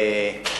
היה בהומור,